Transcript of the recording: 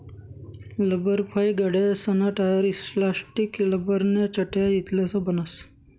लब्बरफाइ गाड्यासना tyre, elastic, लब्बरन्या चटया इतलं बनस